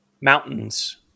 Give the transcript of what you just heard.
mountains